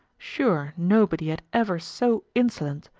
sure nobody had ever so insolent,